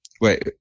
Wait